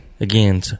Again